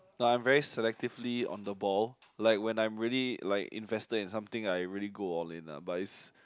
no I'm very selectively on the ball like when I'm really like invested in something I really go all in lah but is